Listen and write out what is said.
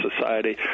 society